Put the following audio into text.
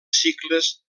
cicles